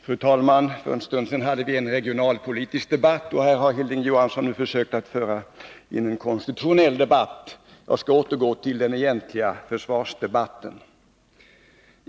Fru talman! För en stund sedan hade vi en regionalpolitisk debatt, och Hilding Johansson har försökt att föra in en konstitutionell debatt. Jag skall återgå till den egentliga försvarsdebatten.